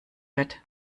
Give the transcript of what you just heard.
wird